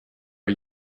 are